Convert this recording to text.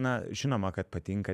na žinoma kad patinka